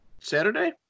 Saturday